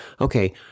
okay